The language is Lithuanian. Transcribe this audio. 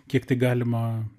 kiek tai galima